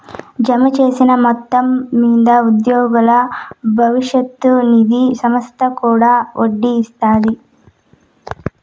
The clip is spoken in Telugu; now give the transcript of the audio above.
జమచేసిన మొత్తం మింద ఉద్యోగుల బవిష్యత్ నిది సంస్త కూడా ఒడ్డీ ఇస్తాది